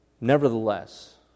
Nevertheless